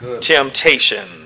temptation